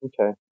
Okay